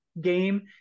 game